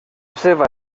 seva